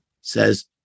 says